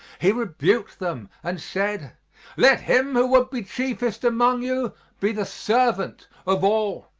he rebuked them and said let him who would be chiefest among you be the servant of all.